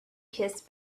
kiss